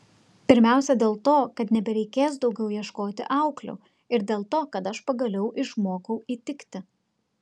pirmiausia dėl to kad nebereikės daugiau ieškoti auklių ir dėl to kad aš pagaliau išmokau įtikti